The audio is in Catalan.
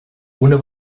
una